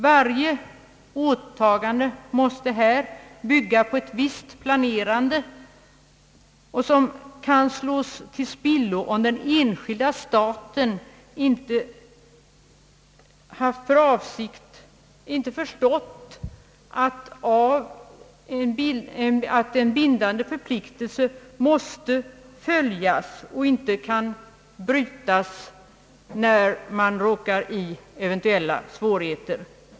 Varje åtagande härvidlag måste bygga på en planering, som kan slås i spillror om den enskilda staten inte förstått att en bindande förpliktelse måste följas. Den måste på något sätt utformas så att den inte kan brytas när eventuella svårigheter uppstår.